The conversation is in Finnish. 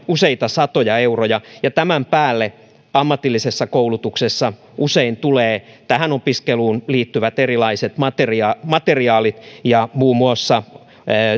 useita satoja euroja ja tämän päälle ammatillisessa koulutuksessa usein tulee tähän opiskeluun liittyvät erilaiset materiaalit materiaalit ja muun muassa